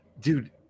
Dude